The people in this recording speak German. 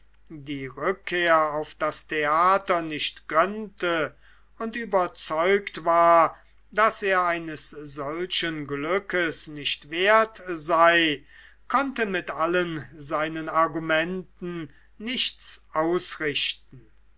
die rückkehr auf das theater nicht gönnte und überzeugt war daß er eines solchen glückes nicht wert sei konnte mit allen seinen argumenten nichts ausrichten